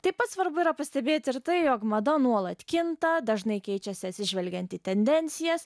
taip pat svarbu yra pastebėti ir tai jog mada nuolat kinta dažnai keičiasi atsižvelgiant į tendencijas